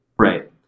Right